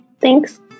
thanks